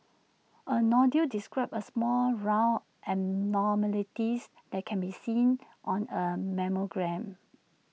A nodule describes A small round abnormalities that can be seen on A mammogram